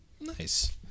nice